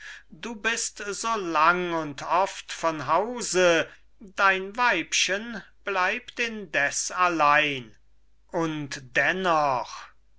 du bist so lang und oft von hause dein weibchen bleibt indes allein und dennoch willst